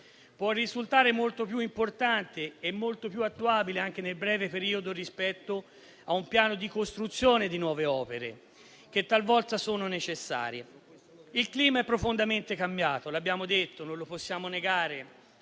può risultare molto più importante e molto più attuabile, anche nel breve periodo, rispetto a un piano di costruzione di nuove opere, che talvolta sono necessarie. Il clima è profondamente cambiato: lo abbiamo detto, non lo possiamo negare.